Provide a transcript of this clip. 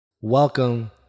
Welcome